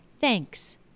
thanks